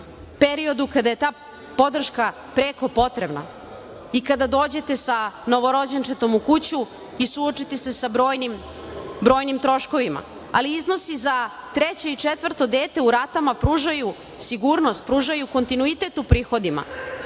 periodu kada je ta podrška preko potrebna, i kada dođete sa novorođenčetom u kuću, i suočite se sa brojnim troškovima, ali iznosi za treće i četvrto dete u ratama pružaju sigurnost i kontinuitet u prihodima